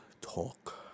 talk